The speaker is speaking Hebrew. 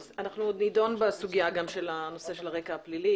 אנחנו עוד נדון בסוגיה גם של הרקע הפלילי,